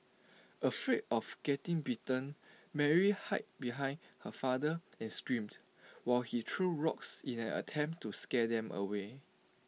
afraid of getting bitten Mary hid behind her father and screamed while he threw rocks in an attempt to scare them away